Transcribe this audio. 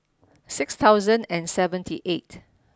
six thousand and seventy eight